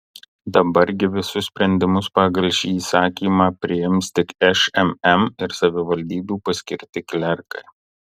dabar gi visus sprendimus pagal šį įsakymą priims tik šmm ir savivaldybių paskirti klerkai